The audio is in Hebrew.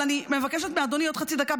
אני מבקשת מאדוני עוד חצי דקה,